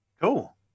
Cool